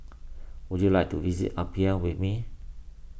would you like to visit Apia with me